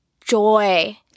joy